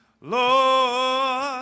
Lord